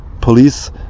police